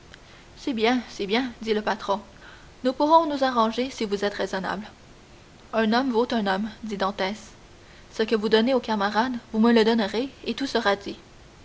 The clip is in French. c'est bien c'est bien dit le patron nous pourrons nous arranger si vous êtes raisonnable un homme vaut un homme dit dantès ce que vous donnez aux camarades vous me le donnerez et tout sera dit